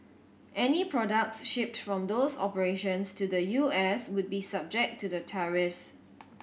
any products shipped from those operations to the U S would be subject to the tariffs